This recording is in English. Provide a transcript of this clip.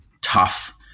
tough